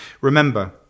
remember